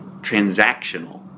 transactional